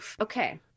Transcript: okay